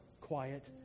quiet